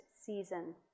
season